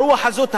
האלימה,